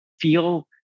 feel